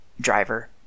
driver